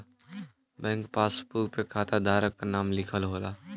bank passbook पे खाता धारक क नाम लिखल होला